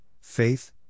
faith